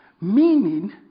Meaning